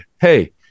hey